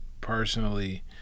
personally